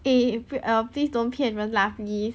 eh uh please don't 骗人 lah please